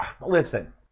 listen